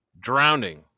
drowning